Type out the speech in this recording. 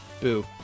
Boo